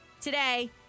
today